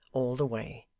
all the way.